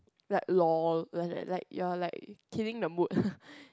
like lol like like you are like killing the mood